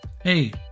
Hey